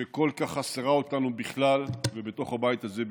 שכל כך חסרה לנו בכלל ובתוך הבית הזה בפרט.